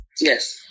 yes